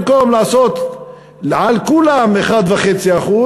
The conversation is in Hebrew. במקום לעשות על כולם 1.5%,